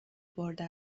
برده